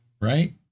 right